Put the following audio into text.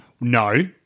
No